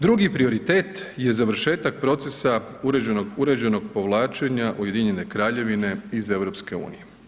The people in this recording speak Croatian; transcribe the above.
Drugi prioritet je završetak procesa uređenog, uređenog povlačenja Ujedinjene Kraljevine iz EU.